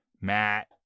Matt